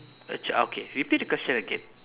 a ch~ uh okay repeat the question again